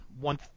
one